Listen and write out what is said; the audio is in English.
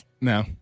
No